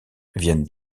viennent